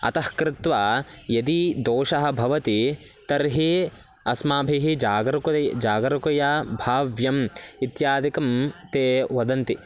अतः कृत्वा यदि दोषः भवति तर्हि अस्माभिः जागरुकता जागरुकतया भाव्यम् इत्यादिकं ते वदन्ति